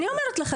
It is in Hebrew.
אני אומרת לך.